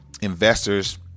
investors